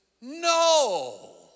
no